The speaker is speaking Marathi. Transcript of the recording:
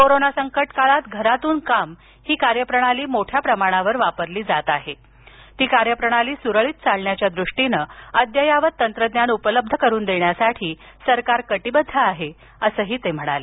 कोरोना संकट काळात घरातून काम ही कार्य प्रणाली मोठ्या प्रमाणावर वापरली जात आहे ती कार्यप्रणाली सुरळीत चालण्याच्या दृष्टीनं अद्ययावत तंत्रज्ञान उपलब्ध करून देण्यासाठी सरकार कटिबद्ध आहे असं ते म्हणाले